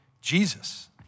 Jesus